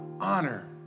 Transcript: Honor